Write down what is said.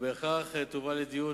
ובהכרח תובא לדיון,